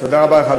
תודה רבה לך.